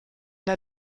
der